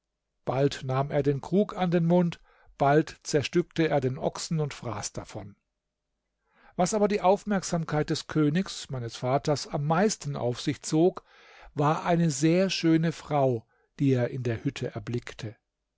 bald nahm er den krug an den mund bald zerstückte er den ochsen und fraß davon was aber die aufmerksamkeit des königs meines vaters am meisten auf sich zog war eine sehr schöne frau die er in der hütte erblickte